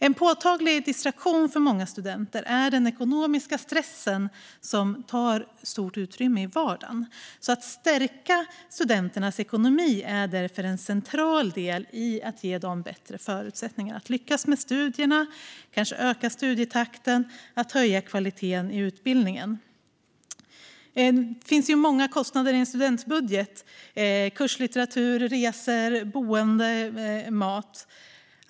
En påtaglig distraktion för många studenter är den ekonomiska stressen, som tar stort utrymme i vardagen. Att stärka studenternas ekonomi är därför en central del i att ge dem bättre förutsättningar för att lyckas med studierna genom att kanske öka studietakten och höja kvaliteten i utbildningen. Det finns många kostnader i en students budget: kurslitteratur, resor, boende och mat.